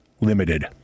Limited